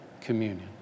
communion